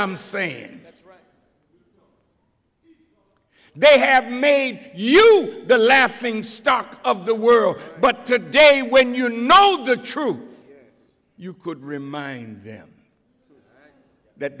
i'm saying they have made you the laughing stock of the world but today when you know the truth you could remind them that